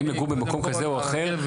האם לגור במקום כזה או אחר,